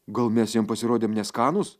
gal mes jam pasirodėm neskanūs